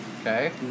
Okay